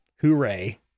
hooray